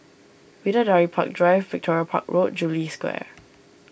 Bidadari Park Drive Victoria Park Road Jubilee Square